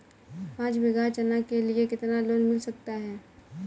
पाँच बीघा चना के लिए कितना लोन मिल सकता है?